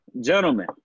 Gentlemen